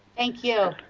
thank you.